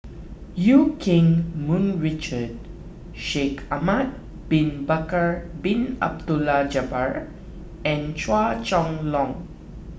Eu Keng Mun Richard Shaikh Ahmad Bin Bakar Bin Abdullah Jabbar and Chua Chong Long